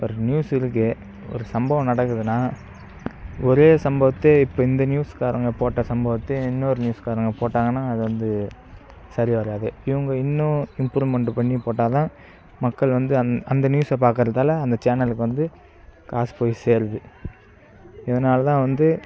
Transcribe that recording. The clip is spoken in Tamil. ஒரு நியூஸ் இருக்கு ஒரு சம்பவம் நடக்குதுனா ஒரே சம்பவத்தை இப்போ இந்த நியூஸ்காரங்க போட்ட சம்பவத்தை இன்னொரு நியூஸ்காரங்க போட்டாங்கனா அது வந்து சரிவராது இவங்க இன்னும் இம்ப்ரூவ்மென்ட் பண்ணி போட்டால் தான் மக்கள் வந்து அந்த நியூஸை பாக்கிறதால அந்த சேனலுக்கு வந்து காசு போய் சேருது இதனாலதான் வந்து